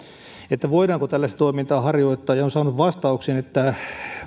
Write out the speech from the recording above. voidaanko tällaista toimintaa harjoittaa ja on saanut vastauksen että